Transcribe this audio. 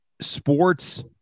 sports